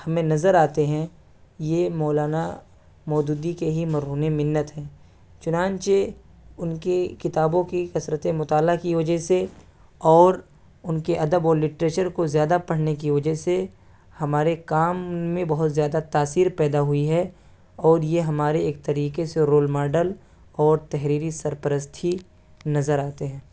ہمیں نظر آتے ہیں یہ مولانا مودودی کے ہی مرہون منت ہیں چنانچہ ان کے کتابوں کی کثرت مطالعہ کی وجہ سے اور ان کے ادب و لٹریچر کو زیادہ پڑھنے کی وجہ سے ہمارے کام میں بہت زیادہ تاثیر پیدا ہوئی ہے اور یہ ہمارے ایک طریقے سے رول ماڈل اور تحریری سرپرست ہی نظر آتے ہیں